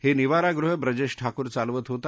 हे निवारागृह ब्रजेश ठाकूर चालवत होता